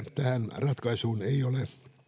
tähän ratkaisuun ei ole